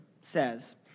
says